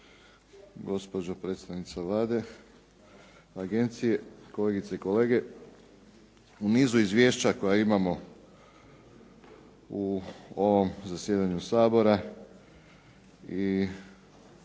gospođo predstavnice Vlade, agencije, kolegice i kolege. U nizu izvješća koja imamo u ovom zasjedanju Sabora i